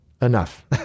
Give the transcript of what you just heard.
Enough